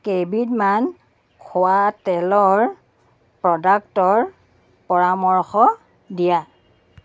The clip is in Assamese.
কেইবিধমান খোৱা তেলৰ প্ৰ'ডাক্টৰ পৰামৰ্শ দিয়া